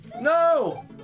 No